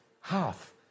half